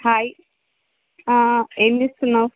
hi ఏమి చేస్తున్నావు